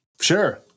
Sure